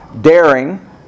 Daring